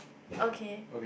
okay